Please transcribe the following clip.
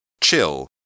Chill